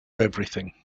everything